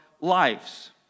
lives